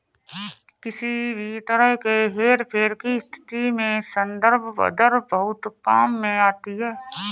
किसी भी तरह के हेरफेर की स्थिति में संदर्भ दर बहुत काम में आती है